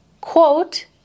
quote